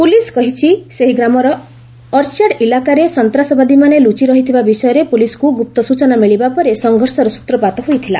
police କହିଛି ସେହି ଗ୍ରାମର ଅର୍ଚାଡ ଇଲାକାରେ ସନ୍ତାସବାଦୀମାନେ ଲୁଚିରହିଥିବା ବିଷୟରେ ପୋଲିସକୁ ଗୁପ୍ତ ସୂଚନା ମିଳିବା ପରେ ସଂଘର୍ଷର ସ୍ତ୍ରପାତ ହୋଇଥିଲା